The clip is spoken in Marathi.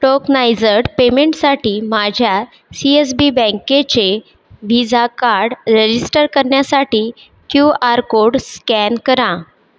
टोकनाइजड पेमेंटसाठी माझ्या सी एस बी बँकेचे व्हिजा काड लजिस्टर करन्यासाठी क्यूआर कोड स्कॅन करा